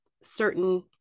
certain